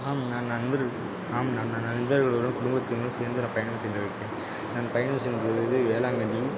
ஆம் நான் நண்பர் ஆம் நான் நண்பர்களுடன் குடும்பத்தினருடன் சேர்ந்து நான் பயணம் செஞ்சுருக்கேன் நான் பயணம் செய்யும் பொலுது வேளாங்கண்ணி